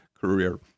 career